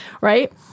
right